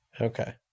Okay